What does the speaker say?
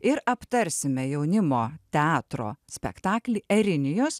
ir aptarsime jaunimo teatro spektaklį erinijos